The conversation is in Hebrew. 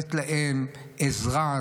לתת להם עזרה,